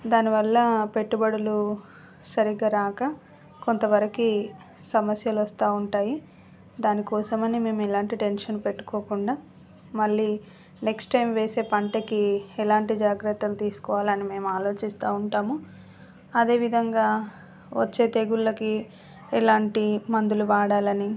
దానివల్ల పెట్టుబడులు సరిగ్గా రాక కొంతవరకి సమస్యలు వస్తూ ఉంటాయి దాని కోసమని మేము ఎలాంటి టెన్షన్ పెట్టుకోకుండా మళ్ళీ నెక్స్ట్ టైం వేసే పంటకి ఎలాంటి జాగ్రత్తలు తీసుకోవాలి అని మేము ఆలోచిస్తా ఉంటాము అదేవిధంగా వచ్చే తెగుళ్ళకి ఎలాంటి మందులు వాడాలని